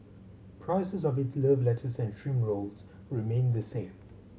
prices of its love letters and shrimp rolls remain the same